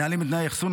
נהלים לתנאי אחסון,